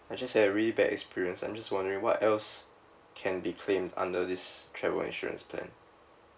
I just had a really bad experience I'm just wondering what else can be claimed under this travel insurance plan